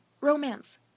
romance